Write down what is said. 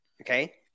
okay